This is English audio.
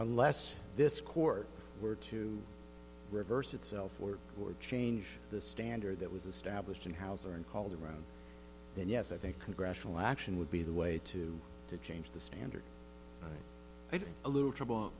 unless this court were to reverse itself or or change the standard that was established in house and called around then yes i think congressional action would be the way to to change the standard a little trouble